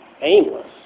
aimless